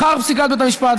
אחר פסיקת בית המשפט,